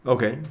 Okay